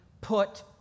put